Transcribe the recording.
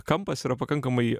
kampas yra pakankamai